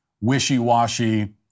wishy-washy